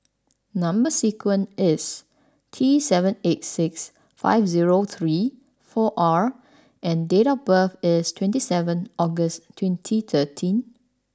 number sequence is T seven eight six five zero three four R and date of birth is twenty seven August twenty thirteen